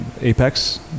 apex